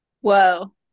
Whoa